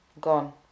gone